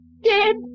dead